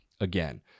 again